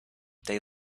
they